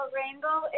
rainbow